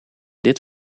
dit